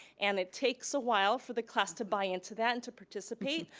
and it takes awhile for the class to buy into that and to participate,